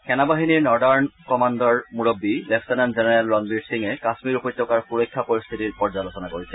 সেনাবাহিনীৰ northern commander মুৰববী lieutenant general Ranbir সিঙে কাশ্ণীৰ উপ্যতকাৰ সুৰক্সা পৰিস্থিতৰ পৰ্যালোচনা কৰিছে